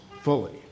fully